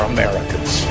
Americans